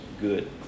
good